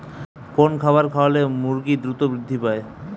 কোন খাবার খাওয়ালে মুরগি দ্রুত বৃদ্ধি পায়?